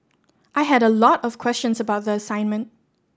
I had a lot of questions about the assignment